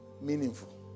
meaningful